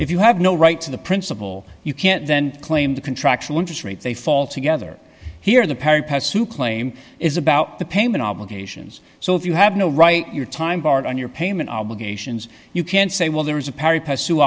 if you have no right to the principle you can't then claim to contractual interest rate they fall together here the parent has to claim is about the payment obligations so if you have no right your time barred on your payment obligations you can't say well there is a perry pursue